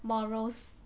morals